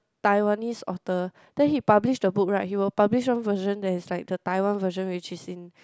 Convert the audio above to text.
Taiwanese author then he publish the book right he will publish one version that is like the Taiwan version which is in